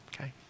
Okay